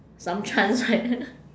some chance right